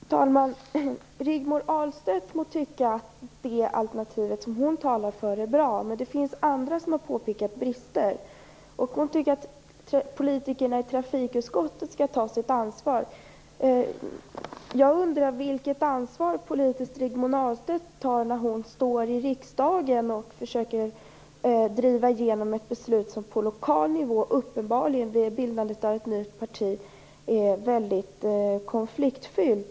Fru talman! Rigmor Ahlstedt må tycka att det alternativ som hon talar för är bra, men andra har påpekat brister. Hon tycker att politikerna i trafikutskottet skall ta sitt ansvar. Jag undrar vilket politiskt ansvar Rigmor Ahlstedt tar när hon står i riksdagen och försöker driva igenom ett beslut i en fråga som är väldigt konfliktfylld och som på lokal nivå uppenbarligen lett till bildandet av ett nytt parti.